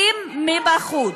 מיובאים מבחוץ.